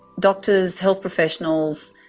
doctors, health professionals,